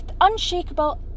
unshakable